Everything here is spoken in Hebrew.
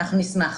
אנחנו נשמח.